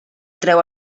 treu